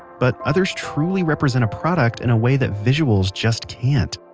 but others truly represent a product in a way that visuals just can't.